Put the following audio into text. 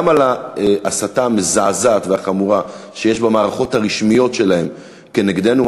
גם על ההסתה המזעזעת והחמורה שיש במערכות הרשמיות שלהם נגדנו,